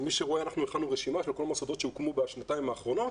הכנו רשימה של כל המוסדות שהוקמו בשנתיים האחרונות